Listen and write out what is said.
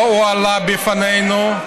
לא הועלה בפנינו,